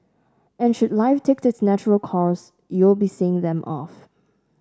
and should life takes its natural course you'll be seeing them off